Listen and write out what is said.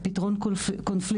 על פתרון קונפליקטים,